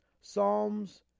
Psalms